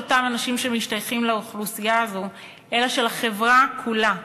אנשים שמשתייכים לאוכלוסייה הזאת אלא של החברה כולה.